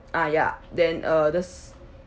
ah ya then uh the s~